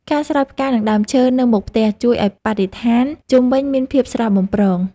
ការស្រោចផ្កា និងដើមឈើនៅមុខផ្ទះ ជួយឱ្យបរិស្ថានជុំវិញមានភាពស្រស់បំព្រង។